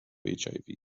hiv